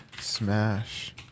Smash